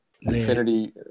Infinity